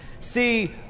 See